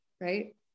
right